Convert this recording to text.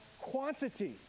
quantity